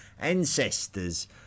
ancestors